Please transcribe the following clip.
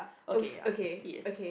okay ya he is